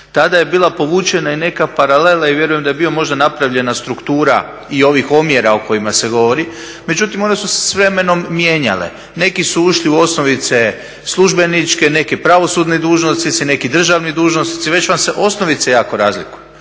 Tada je bila povučena i neka paralela i vjerujem da je bio možda napravljena struktura i ovih omjera o kojima se govori. Međutim, one su se s vremenom mijenjale. Neki su ušli u osnovice službeničke, neki pravosudni dužnosnici, neki državni dužnosnici. Već sam se osnovica jako razlikuje,